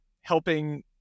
helping